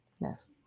Yes